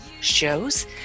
shows